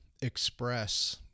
express